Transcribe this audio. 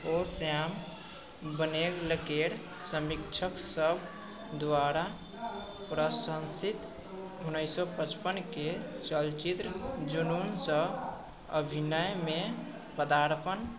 ओ श्याम बनेल केर समीक्षकसब द्वारा प्रशंसित उनैस सओ पचपनके चलचित्र जुनूनसँ अभिनयमे पदार्पण